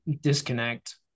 disconnect